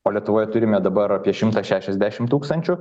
o lietuvoj turime dabar apie šimtą šešiasdešim tūkstančių